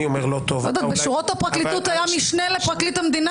אני אומר לא טוב- -- בשורות הפרקליטות היה משנה לפרקליט המדינה